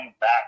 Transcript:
back